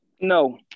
No